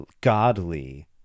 godly